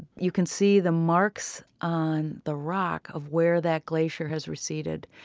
you can see the marks on the rock of where that glacier has receded,